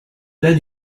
then